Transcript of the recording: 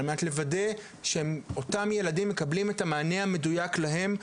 על מנת לוודא שאותם ילדים מקבלים את המענה המדויק להם.